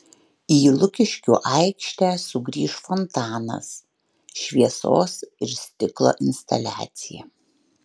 į lukiškių aikštę sugrįš fontanas šviesos ir stiklo instaliacija